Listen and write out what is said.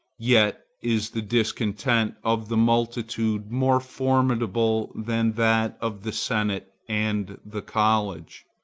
yet is the discontent of the multitude more formidable than that of the senate and the college.